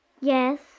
Yes